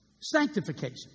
sanctification